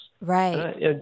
Right